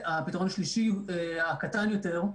והפתרון הקטן יותר,